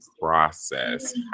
process